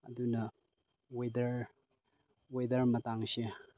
ꯑꯗꯨꯅ weather weather ꯃꯇꯥꯡꯁꯦ